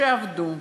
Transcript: עבדו,